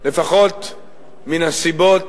לפחות מן הסיבות